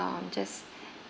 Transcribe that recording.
um just